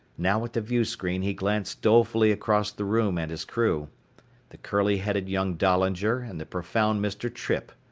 now at the viewscreen he glanced dolefully across the room at his crew the curly-headed young dahlinger and the profound mr. trippe.